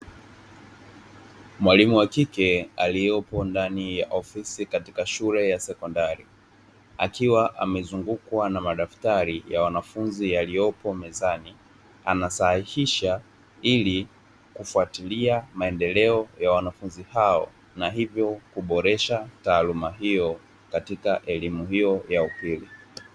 Mwalimu wa kike aliyepo ndani ya ofisi katika shule y sekondari, akiwa amezungukwa na madaftari ya wanafunzi yaliyopo mezani, anasahihisha ili kufuatilia maendeleo ya wanafunzi hao, na hivyo kuboresha taaluma hiyo katika elimu hiyo ya upili.